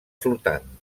flotant